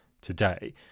today